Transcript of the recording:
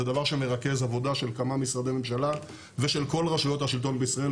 זה דבר שמרכז עבודה של כמה משרדי ממשלה ושל כל רשויות השלטון בישראל,